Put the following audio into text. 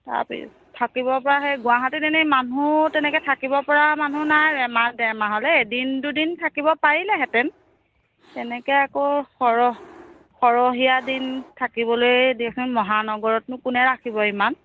তাৰপিছত থাকিবপৰা সেই গুৱাহাটীত এনেই মানুহ তেনেকৈ থাকিবপৰা মানুহ নাই এমাহ ডেৰমাহলৈ এদিন দুদিন থাকিব পাৰিলেহেঁতেন এনেকৈ আকৌ সৰহ সৰহীয়া দিন থাকিবলৈ দিয়কচোন মহানগৰতনো কোনে ৰাখিব ইমান